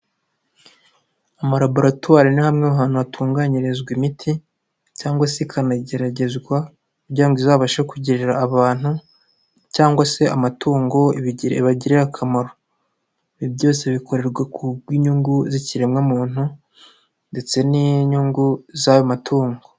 Ama laboratoire ni hamwe ahantu hatunganyirizwa imiti cyangwa se ikanageragezwa kugira ngo izabashe kugira abantu cyangwa se amatungo ibagirire akamaro. Ibi byose bikorerwa ku bw'inyungu z'ikiremwamuntu ndetse n'inyungu z'ayo matungo.